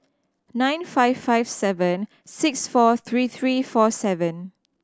nine five five seven six four three three four seven